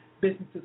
businesses